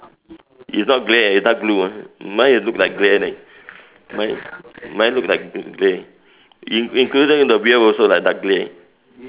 it's not grey it's dark blue ah mine is look like grey leh mine mine look like grey in~ included in the wheel also lah dark grey